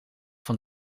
van